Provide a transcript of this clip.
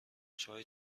چای